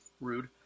Rude